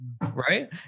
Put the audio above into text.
Right